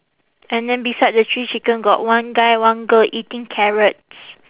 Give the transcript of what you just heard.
and then beside the three chicken got one guy one girl eating carrots